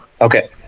Okay